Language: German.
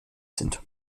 sind